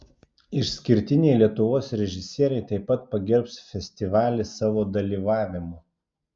išskirtiniai lietuvos režisieriai taip pat pagerbs festivalį savo dalyvavimu